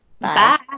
Bye